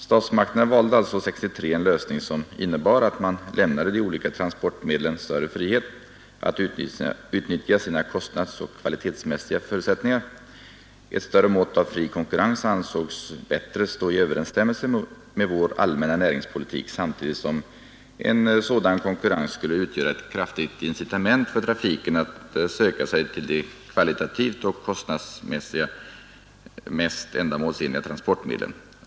Statsmakterna valde alltså 1963 en lösning, som innebar att man lämnade de olika transportmedlen större frihet att utnyttja sina kostnadsoch kvalitetsmässiga förutsättningar. Ett större mått av fri konkurrens ansågs bättre stå i överensstämmelse med vår allmänna näringspolitik, samtidigt som en sådan konkurrens skulle utgöra ett kraftigt incitament för trafiken att söka sig till de kvalitativt och kostnadsmässigt mest ändamålsenliga transportmedlen.